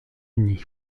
uni